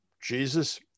Jesus